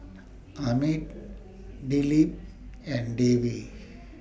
Amit Dilip and Devi